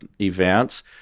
events